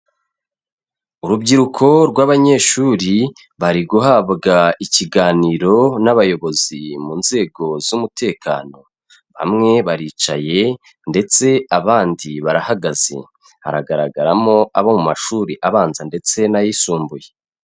Urubyiruko rw'abanyeshuri bari guhabwa ikiganiro n'abayobozi mu nzego z'umutekano. Bamwe baricaye ndetse abandi barahagaze. Haragaragaramo abo mu mashuri abanza ndetse n'ayisumbuye.